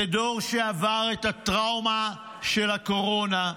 זה דור שעבר את הטראומה של הקורונה,